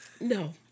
no